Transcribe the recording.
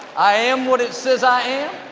i am what it says i am,